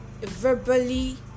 verbally